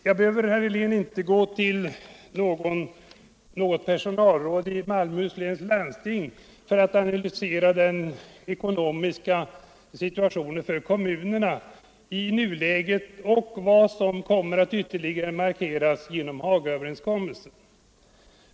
Jag behöver, herr Helén, inte gå till något personallandstingsråd i Malmöhus läns landsting för att analysera den ekonomiska situationen för kommunerna i nuläget och när Hagaöverenskommelsen har slagit igenom.